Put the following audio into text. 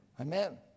Amen